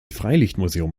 freilichtmuseum